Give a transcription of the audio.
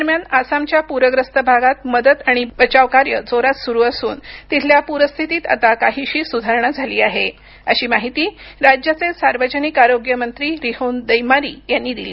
दरम्यान आसामच्या पूर्यस्त भागात मदत आणि बचत कार्य जोरात सुरू असून तिथल्या पूरस्थितीत आता काहीशी सुधारणा झाली आहे अशी माहिती राज्याचे सार्वजनिक आरोग्य मंत्री रिहोन दैमारी यांनी दिली